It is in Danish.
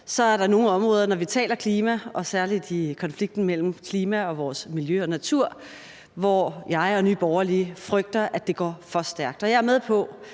er der nogle områder, når vi taler klima, og særlig i konflikten mellem klimaet og vores miljø og natur, hvor jeg og Nye Borgerlige frygter, at det går for stærkt.